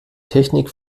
technik